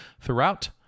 throughout